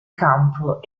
campo